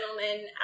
gentlemen